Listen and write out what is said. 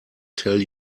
tell